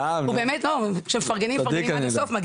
סתם, צדיק אני לא.